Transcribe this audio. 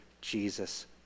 Jesus